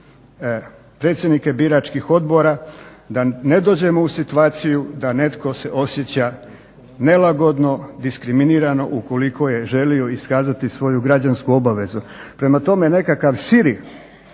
predsjednike biračkih odbora da ne dođemo u situaciju da netko se osjeća nelagodno, diskriminirano ukoliko je želio iskazati svoju građansku obavezu. Prema tome nekakav širi